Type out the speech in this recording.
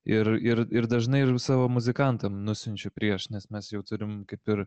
ir ir ir dažnai ir savo muzikantam nusiunčiu prieš nes mes jau turim kaip ir